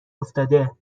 افتاده